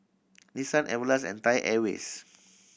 Nissan Everlast and Thai Airways